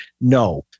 no